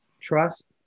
trust